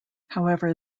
however